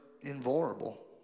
invulnerable